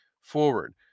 forward